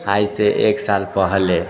आइसँ एक साल पहिले